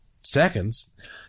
seconds